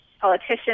politician